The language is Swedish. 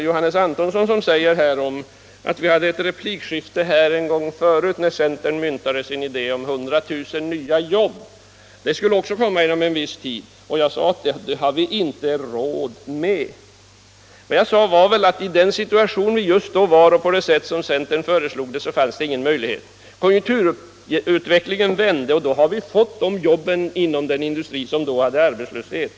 Johannes Antonsson hänvisade till ett replikskifte vid ett tidigare tillfälle i samband med att centern förde fram sin idé om 100 000 nya jobb. Också dessa skulle skapas inom en viss tid, och jag skulle då ha sagt att vi inte hade råd med det. Men vad jag sade var väl att det i den situation som just då rådde och på det sätt som centern anvisade inte fanns någon sådan möjlighet. Konjunkturutvecklingen vände emellertid, och sedan har vi fått dessa jobb inom den industri som just då hade arbetslöshet.